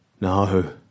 No